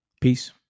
Peace